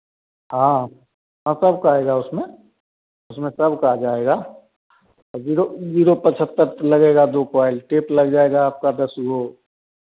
हाँ अब कब का आएगा उसमें उसमें सबका आ जाएगा और जीरो जीरो तो पच्छत्तर लगेगा दो क्वाईल टेप लग जाएगा आपका दस वह